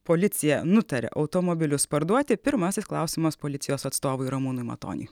policija nutaria automobilius parduoti pirmasis klausimas policijos atstovui ramūnui matoniui